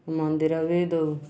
ମନ୍ଦିର ବି ଦେଉ